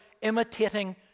imitating